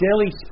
daily